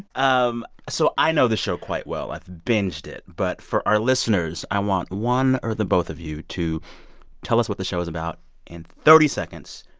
um so i know this show quite well. i've binged it. but for our listeners, i want one or the both of you to tell us what the show is about in thirty seconds.